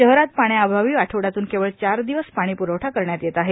शहरात पाण्याअभावी आठवड्यातून केवळ चार दिवस पाणी प्रवठा करण्यात येत आहे